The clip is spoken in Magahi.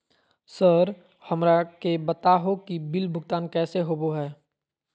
सर हमरा के बता हो कि बिल भुगतान कैसे होबो है?